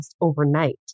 overnight